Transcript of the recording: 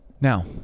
Now